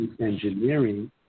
engineering